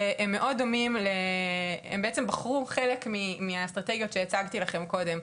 הם בעצם בחרו חלק מהאסטרטגיות שהצגתי לכם קודם.